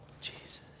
Jesus